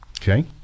Okay